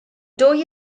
dwy